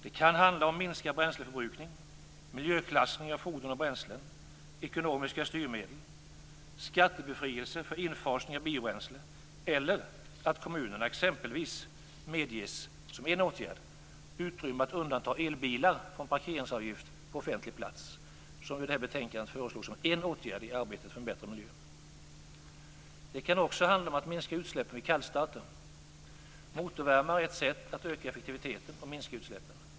Det kan handla om minskad bränsleförbrukning, miljöklassning av fordon och bränslen, ekonomiska styrmedel, skattebefrielse för infasning av biobränsle eller att kommunerna exempelvis medges utrymme att undanta elbilar från parkeringsavgift på offentlig plats, som vi i det här betänkandet föreslår som en åtgärd i arbetet för en bättre miljö. Det kan också handla om att minska utsläppen vid kallstarter. Motorvärmare är ett sätt att öka effektiviteten och minska utsläppen.